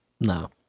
No